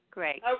Great